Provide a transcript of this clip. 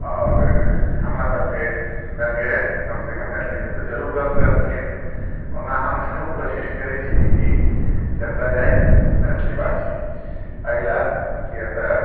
आओर हमरा सभके सङ्गे कमसँ कम मैथिलीमे तऽ जरूर गप्प करथिन ओना हम सभ कोशिश करै छी कि जेतय जाइ मैथिली बाजि एहि लए किया तऽ